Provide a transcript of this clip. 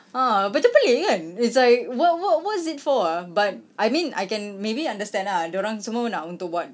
ah macam pelik kan it's like what what what's it for ah but I mean I can maybe understand lah dia orang semua nak untuk buat